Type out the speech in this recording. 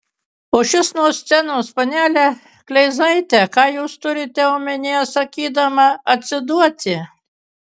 o šis nuo scenos panele kleizaite ką jūs turite omenyje sakydama atsiduoti